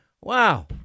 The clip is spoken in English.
Wow